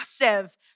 massive